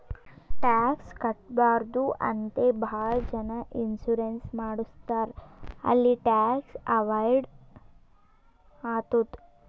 tax ಕಟ್ಬಾರ್ದು ಅಂತೆ ಭಾಳ ಜನ ಇನ್ಸೂರೆನ್ಸ್ ಮಾಡುಸ್ತಾರ್ ಅಲ್ಲಿ ಟ್ಯಾಕ್ಸ್ ಅವೈಡ್ ಆತ್ತುದ್